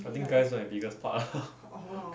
I think there's my biggest part lah